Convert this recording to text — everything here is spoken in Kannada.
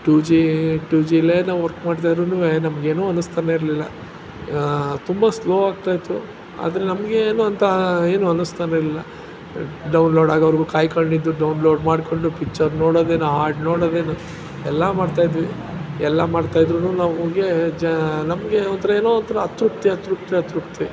ಟೂ ಜಿ ಟೂ ಜಿಲೇ ನಾವು ವರ್ಕ್ ಮಾಡ್ತಾಯಿದ್ರುನು ನಮಗೇನು ಅನಸ್ತಾನೇ ಇರಲಿಲ್ಲ ತುಂಬ ಸ್ಲೋ ಆಗ್ತಾಯಿತ್ತು ಆದರೆ ನಮಗೆ ಏನು ಅಂತ ಏನು ಅನಸ್ತಾನೇ ಇರಲಿಲ್ಲ ಡೌನ್ಲೋಡ್ ಆಗೋವರೆಗೂ ಕಾಯ್ಕೊಂಡಿದ್ದು ಡೌನ್ಲೋಡ್ ಮಾಡ್ಕೊಂಡು ಪಿಚ್ಚರ್ ನೊಡೋದೇನು ಹಾಡ್ ನೊಡೋದೇನು ಎಲ್ಲ ಮಾಡ್ತಾಯಿದ್ವಿ ಎಲ್ಲ ಮಾಡ್ತಾಯಿದ್ರು ನಮಗೆ ಜ ನಮಗೆ ಒಂಥರ ಏನೋ ಒಂಥರ ಅತೃಪ್ತಿ ಅತೃಪ್ತಿ ಅತೃಪ್ತಿ